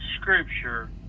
Scripture